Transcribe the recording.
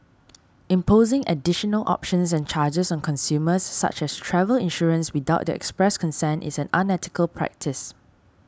imposing additional options and charges on consumers such as travel insurance without their express consent is an unethical practice